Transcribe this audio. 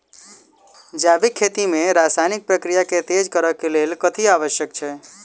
जैविक खेती मे रासायनिक प्रक्रिया केँ तेज करै केँ कऽ लेल कथी आवश्यक छै?